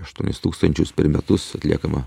aštuonis tūkstančius per metus atliekama